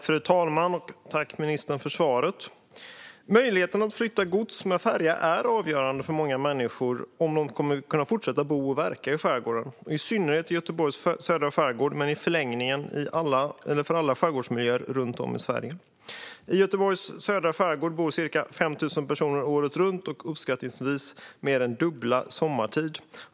Fru talman! Tack, ministern, för svaret! Möjligheten att flytta gods med färja är avgörande för många människor när det gäller huruvida de kommer att kunna fortsätta att bo och verka i skärgården. Detta gäller i synnerhet i Göteborgs södra skärgård, men i förlängningen gäller det för alla skärgårdsmiljöer runt om i Sverige. I Göteborgs södra skärgård bor ca 5 000 personer året runt, och uppskattningsvis mer än dubbelt så många bor där sommartid.